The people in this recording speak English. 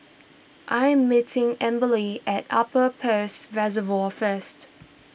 I am meeting Amberly at Upper Peirce Reservoir first